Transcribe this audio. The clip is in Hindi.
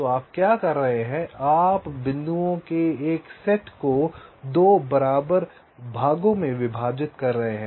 तो आप क्या कर रहे हैं आप बिंदुओं के एक सेट को 2 बराबर भागों में विभाजित कर रहे हैं